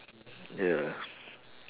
ya